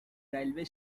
railway